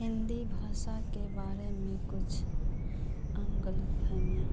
हिन्दी भाषा के बारे में कुछ अन्य ग़लतफहमियाँ